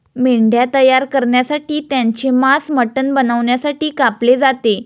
मेंढ्या तयार करण्यासाठी त्यांचे मांस मटण बनवण्यासाठी कापले जाते